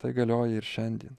tai galioja ir šiandien